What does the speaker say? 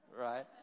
right